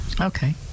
Okay